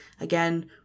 Again